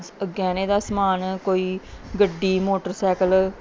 ਗਹਿਣੇ ਦਾ ਸਮਾਨ ਕੋਈ ਗੱਡੀ ਮੋਟਰਸਾਈਕਲ